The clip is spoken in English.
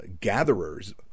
Gatherers